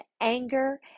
anger